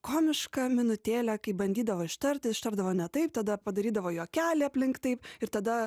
komiška minutėlė kai bandydavo ištarti ištardavo ne taip tada padarydavo juokelį aplink tai ir tada